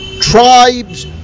tribes